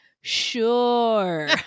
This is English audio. Sure